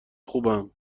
خوبم